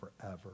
forever